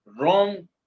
wrong